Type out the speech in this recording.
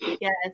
Yes